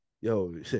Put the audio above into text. yo